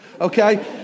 okay